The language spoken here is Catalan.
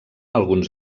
alguns